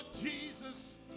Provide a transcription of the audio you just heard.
Jesus